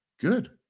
Good